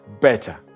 better